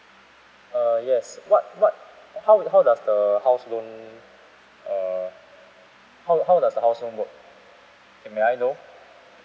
err yes what what uh how it how does the house loan uh how how does the house loan work eh may I know